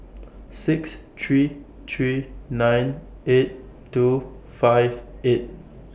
six three three nine eight two five eight